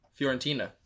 Fiorentina